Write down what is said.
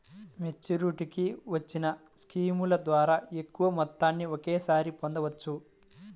మెచ్యూరిటీకి వచ్చిన స్కీముల ద్వారా ఎక్కువ మొత్తాన్ని ఒకేసారి పొందవచ్చు